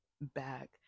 back